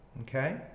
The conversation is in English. okay